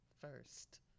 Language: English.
first